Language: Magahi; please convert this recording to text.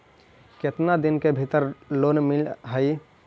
केतना दिन के भीतर कोइ लोन मिल हइ?